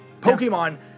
Pokemon